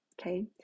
Okay